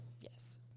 Yes